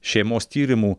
šeimos tyrimų